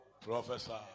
Professor